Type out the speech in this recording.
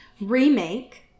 Remake